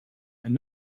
and